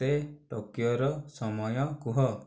ମୋତେ ଟୋକିଓର ସମୟ କୁହ